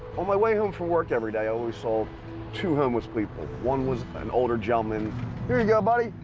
on my way home from work every day, i always saw two homeless people. one was an older gentleman here you go, buddy.